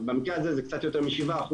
במקרה הזה זה קצת יותר מ-7%